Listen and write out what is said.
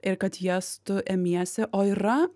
ir kad jas tu imiesi o yra